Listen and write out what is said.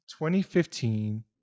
2015